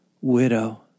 widow